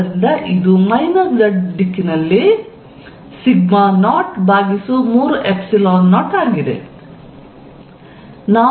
ಆದ್ದರಿಂದ ಇದು z ದಿಕ್ಕಿನಲ್ಲಿ 030 ಆಗಿದೆ